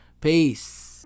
Peace